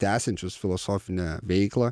tęsiančius filosofinę veiklą